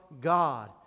God